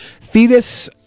fetus